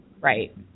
Right